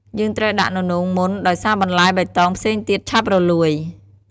យើងត្រូវដាក់ននោងមុន ដោយសារបន្លែបៃតងផ្សេងទៀតឆាប់រលួយ។